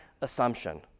assumption